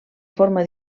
forma